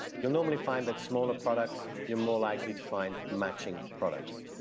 you'll normally find that smaller products you're more likely to find matching products.